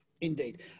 indeed